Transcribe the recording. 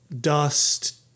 dust